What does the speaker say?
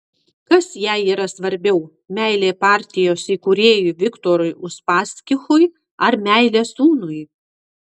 kas jai yra svarbiau meilė partijos įkūrėjui viktorui uspaskichui ar meilė sūnui